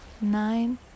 nine